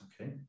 okay